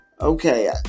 okay